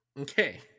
Okay